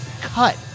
Cut